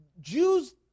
Jews